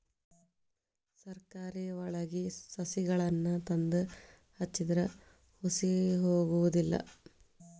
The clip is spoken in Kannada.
ನರ್ಸರಿವಳಗಿ ಸಸಿಗಳನ್ನಾ ತಂದ ಹಚ್ಚಿದ್ರ ಹುಸಿ ಹೊಗುದಿಲ್ಲಾ